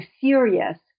serious